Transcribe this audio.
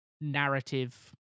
narrative